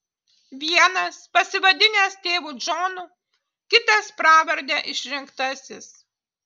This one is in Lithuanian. vienas pasivadinęs tėvu džonu kitas pravarde išrinktasis